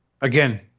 Again